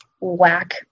Whack